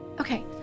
Okay